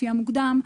לפי המוקדם,